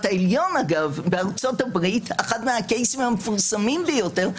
בארצות הברית אחד המקרים המפורסמים ביותר,